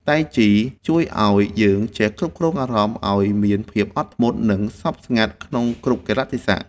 តៃជីជួយឱ្យយើងចេះគ្រប់គ្រងអារម្មណ៍ឱ្យមានភាពអត់ធ្មត់ និងស្ងប់ស្ងាត់ក្នុងគ្រប់កាលៈទេសៈ។